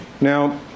Now